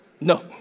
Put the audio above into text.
no